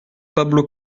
pablo